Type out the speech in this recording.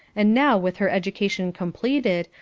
and now with her education completed,